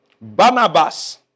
Barnabas